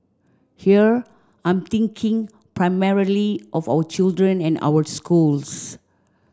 here I'm thinking primarily of our children and our schools